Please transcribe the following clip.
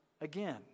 again